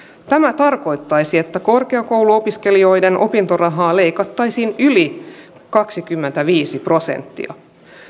tämä tarkoittaisi että korkeakouluopiskelijoiden opintorahaa leikattaisiin yli kaksikymmentäviisi prosenttia